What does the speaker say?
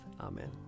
Amen